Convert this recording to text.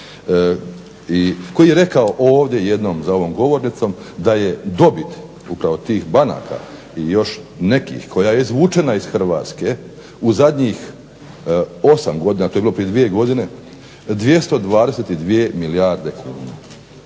koji je rekao ovdje jednom za ovom govornicom da je dobit upravo tih banaka i još nekih koja je izvučena iz Hrvatske u zadnjih 8 godina, to je bilo prije 2 godine, 222 milijarde kuna.